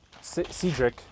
Cedric